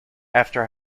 after